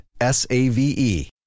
S-A-V-E